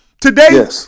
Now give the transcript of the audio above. Today